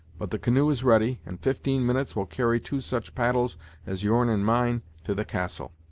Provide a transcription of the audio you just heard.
but the canoe is ready, and fifteen minutes will carry two such paddles as your'n and mine to the castle.